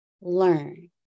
learn